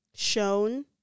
shown